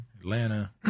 Atlanta